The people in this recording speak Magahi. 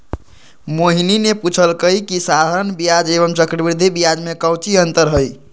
मोहिनी ने पूछल कई की साधारण ब्याज एवं चक्रवृद्धि ब्याज में काऊची अंतर हई?